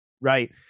right